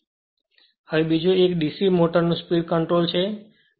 હવે બીજો એક એ DC સીરીઝ મોટરનું સ્પીડ કંટ્રોલ છે